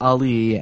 Ali